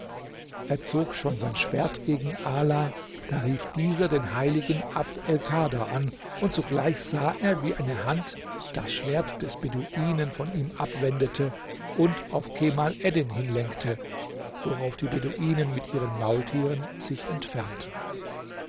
er zog schon sein schwert gegen ala da rief dieser den heiligen abd elkader an und sogleich sah er wie eine hand das schwert des beduinen von ihm abwendete und auf kemal eddin hinlenkte worauf die beduinen mit ihren maultieren sich entfernten